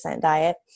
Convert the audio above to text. diet